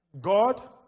God